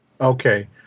okay